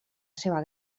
seva